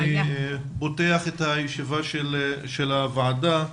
אני פותח את הישיבה של הוועדה,